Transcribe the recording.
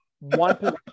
one